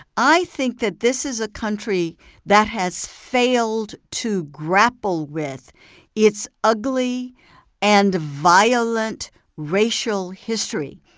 i think that this is a country that has failed to grapple with its ugly and violent racial history.